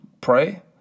Pray